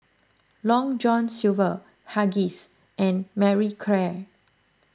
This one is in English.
Long John Silver Huggies and Marie Claire